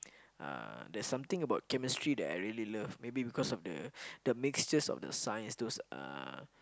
uh there's something about chemistry that I really love maybe because of the the mixtures of the science those uh